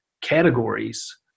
categories